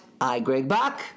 iGregBach